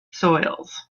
soils